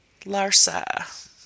Larsa